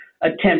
attempt